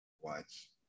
watch